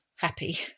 happy